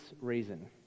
reason